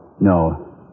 No